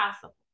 possible